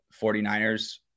49ers